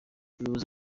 ubuyobozi